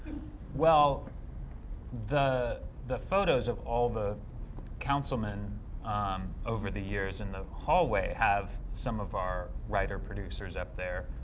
well the the photos of all the councilmen over the years in the hallway have some of our writer producers up there.